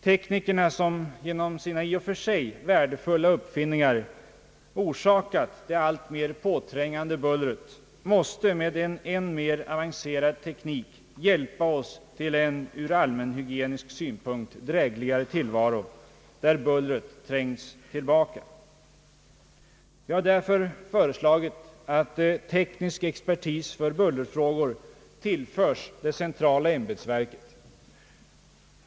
Teknikerna, som genom sina i och för sig värdefulla uppfinningar orsakat det alltmer påträngande bullret, måste med en än mer avancerad teknik hjälpa oss till en ur allmänhyigenisk synpunkt drägligare tillvaro, där bullret trängs tillbaka. Vi har därför föreslagit att teknisk expertis på bullerfrågor tillförs det centrala ämbetsverket.